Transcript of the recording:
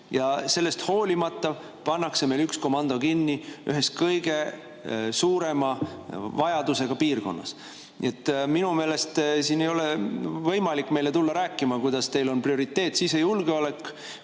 ja sellest hoolimata pannakse üks komando kinni ühes kõige suurema vajadusega piirkonnas. Nii et minu meelest siin ei ole võimalik meile tulla rääkima, kuidas teil on sisejulgeolek